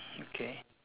okay